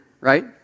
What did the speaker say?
right